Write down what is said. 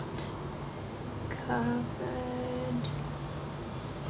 covered